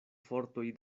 fortoj